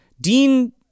Dean